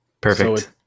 Perfect